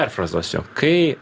perfrazuosiu kai